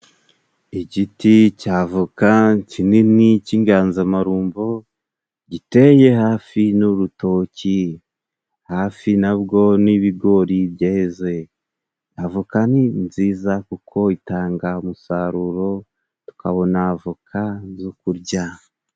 Igiti cya avoka kinini cy'inganzamarumbo giteye hafi n'urutoki, hafi nabwo n'ibigori byeze avoka ni nziza, kuko itanga umusaruro tukabona avoka zo kurya.